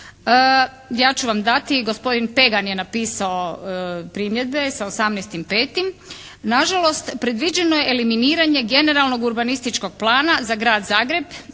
Ja ću vam dati i gospodin Pegan je napisao primjedbe sa 18.5. Na žalost, predviđeno je eliminiranje generalnog urbanističkog plana za Grad Zagreb